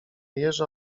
jeża